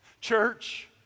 Church